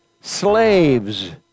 slaves